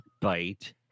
bite